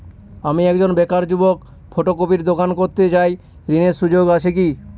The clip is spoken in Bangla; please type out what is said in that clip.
আমি একজন বেকার যুবক ফটোকপির দোকান করতে চাই ঋণের সুযোগ আছে কি?